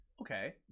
Okay